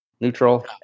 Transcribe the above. neutral